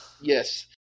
Yes